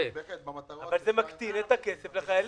המשמעות היא שזה מקטין את הכסף לחיילים.